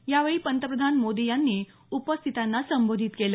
यावेळी पंतप्रधान मोदी यांनी उपस्थितांना संबोधित देखील केले